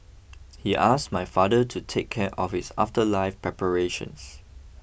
he ask my father to take care of his afterlife preparations